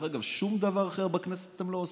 שום דבר אחר בכנסת אתם לא עושים.